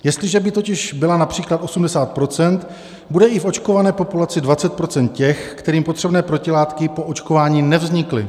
Jestliže by totiž byla například 80 %, bude i v očkované populaci 20 % těch, kterým potřebné protilátky po očkování nevznikly.